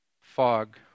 fog